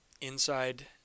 inside